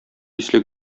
исле